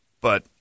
But-